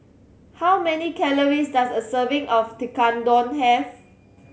how many calories does a serving of Tekkadon have